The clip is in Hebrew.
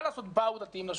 מה לעשות, באו דתיים לשכונה,